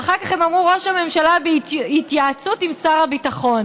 ואחר כך הם אמרו: ראש הממשלה בהתייעצות עם שר הביטחון.